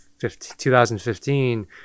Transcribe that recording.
2015